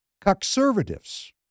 conservatives